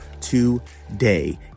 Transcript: today